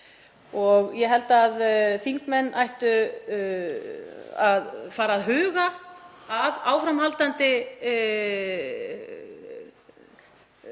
Og ég held að þingmenn ættu að fara að huga að áframhaldandi framsali